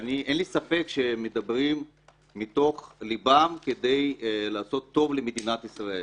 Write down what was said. ואין לי ספק שהם מדברים מתוך לבם כדי לעשות טוב למדינת ישראל.